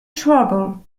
trouble